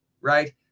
Right